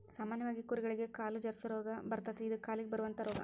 ಸಾಮಾನ್ಯವಾಗಿ ಕುರಿಗಳಿಗೆ ಕಾಲು ಜರಸು ರೋಗಾ ಬರತತಿ ಇದ ಕಾಲಿಗೆ ಬರುವಂತಾ ರೋಗಾ